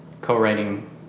co-writing